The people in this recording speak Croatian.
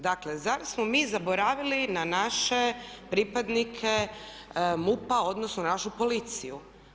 Dakle zar smo mi zaboravili na naše pripadnike MUP-a odnosno našu policiju.